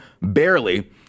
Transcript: barely